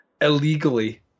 illegally